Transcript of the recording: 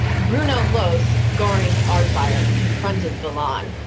bruno lohse, goring's art buyer, confronted valland,